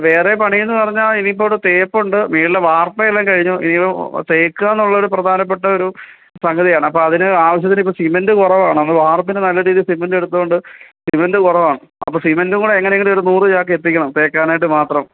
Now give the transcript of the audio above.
വേറെ പണി എന്ന് പറഞ്ഞാൽ ഇനി ഇപ്പോൾ ഇവിടെ തേപ്പുണ്ട് മേളിലെ വാര്പ്പെല്ലാം കഴിഞ്ഞു എനി തേക്കുക എന്നുള്ള ഒരു പ്രധാനപ്പെട്ട ഒരു സംഗതിയാണ് അപ്പം അതിന് ആവിശ്യത്തിന് ഇപ്പോൾ സിമെന്റ് കുറവാണ് അന്ന് വാര്പ്പിന് നല്ല രീതിയിൽ സിമെന്റ് എടുത്തതുകൊണ്ട് സിമെന്റ് കുറവാണ് അപ്പം സിമെന്റ് കൂടെ എങ്ങനെ എങ്കിലും ഒരു നൂറ് ചാക്ക് എത്തിക്കണം തേക്കാനായിട്ട് മാത്രം